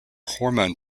hormone